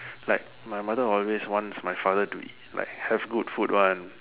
like my mother always wants my father to eat have good food one